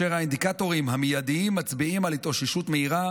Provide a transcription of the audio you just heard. והאינדיקטורים המיידיים מצביעים על התאוששות מהירה